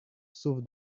sauve